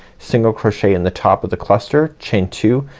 single crochet in the top of the cluster, chain two,